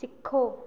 सिक्खो